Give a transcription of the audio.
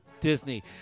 Disney